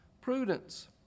prudence